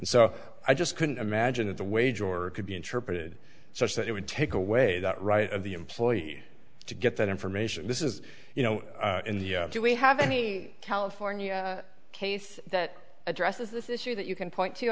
so i just couldn't imagine the wage or could be interpreted such that it would take away that right of the employee to get that information this is you know in the do we have any california case that addresses this issue that you can point to